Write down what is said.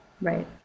Right